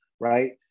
right